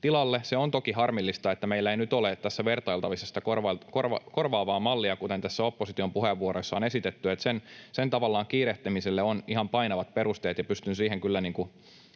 Se on toki harmillista, että meillä ei nyt ole tässä vertailtavissa sitä korvaavaa mallia, kuten tässä opposition puheenvuoroissa on esitetty. Sen kiirehtimiselle on ihan painavat perusteet, ja pystyn siihen